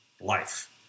life